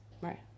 Right